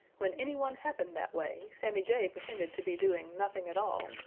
when anyone happened that way sammy jay pretended to be doing nothing at all,